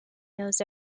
knows